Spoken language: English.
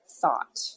thought